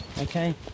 okay